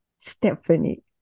stephanie